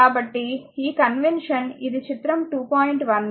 కాబట్టి ఈ ఈ కన్వెన్షన్ ఇది చిత్రం 2